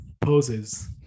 poses